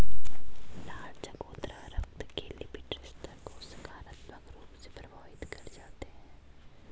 लाल चकोतरा रक्त के लिपिड स्तर को सकारात्मक रूप से प्रभावित कर जाते हैं